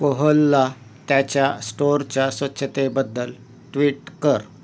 कोहलला त्याच्या स्टोअरच्या स्वच्छतेबद्दल ट्विट कर